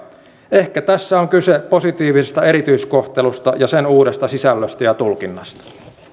ehkä tässä on kyse positiivisesta erityiskohtelusta ja sen uudesta sisällöstä ja tulkinnasta